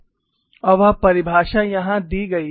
और वह परिभाषा यहाँ दी गई है